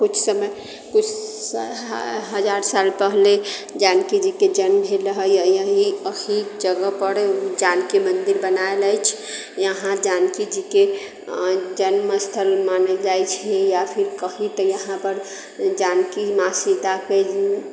कुछ समय कुछ हजार साल पहिले जानकी जी के जन्म भेल रहै एहि जगह पर जानकी मन्दिर बनैल अछि इहाँ जानकी जी के अऽ जन्म स्थल मानल जाइ छै या फिर कहि तऽ इहाँ पर जानकी माँ सीताके